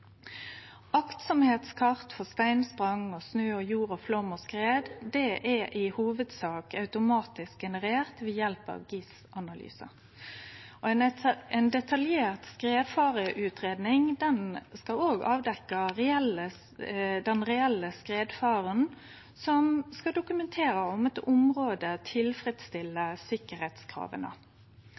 for steinsprang, snø, jord, flom og skred er i hovudsak automatisk generert ved hjelp av GIS-analysar. Ei detaljert skredfareutgreiing skal òg avdekkje den reelle skredfaren som skal dokumentere om eit område tilfredsstiller